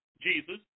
Jesus